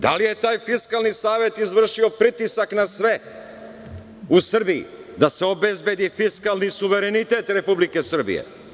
Da li je taj Fiskalni savet izvršio pritisak na sve u Srbiji da se obezbedi fiskalni suverenitet Republike Srbije?